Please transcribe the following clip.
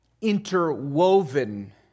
interwoven